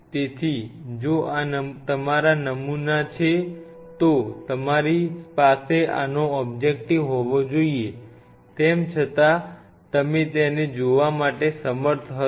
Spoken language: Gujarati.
તેથી જો આ તમારા નમૂના છે તો તમારી પાસે આનો ઓબ્જેક્ટિવ હોવો જોઈએ તેમ છતાં તમે તેને જોવા માટે સમર્થ હશો